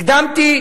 הקדמתי,